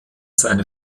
seine